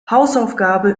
hausaufgabe